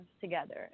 together